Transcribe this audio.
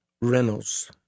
Reynolds